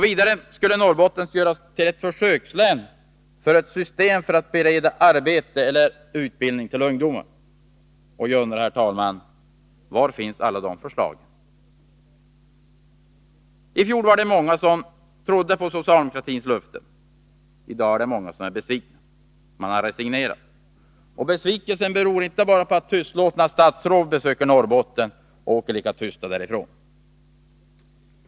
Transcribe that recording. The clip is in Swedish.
Vidare skulle Norrbotten göras till försökslän för ett system för att bereda arbete eller utbildning till ungdomar. I fjol var det många som trodde på socialdemokratins löften. I dag är det många som är besvikna och som har resignerat. Besvikelsen beror inte bara på att tystlåtna statsråd besöker Norrbotten och åker lika tysta därifrån.